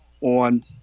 on